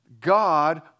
God